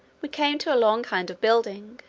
we came to a long kind of building,